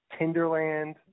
Tinderland